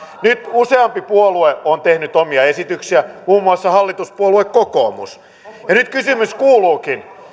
useampi puolue on tehnyt omia esityksiä muun muassa hallituspuolue kokoomus